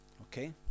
okay